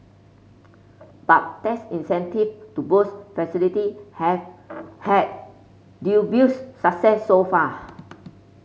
but tax incentive to boost facility have had dubious success so far